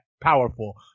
powerful